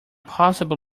possibly